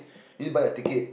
he buy a ticket